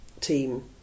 team